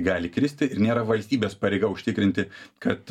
gali kristi ir nėra valstybės pareiga užtikrinti kad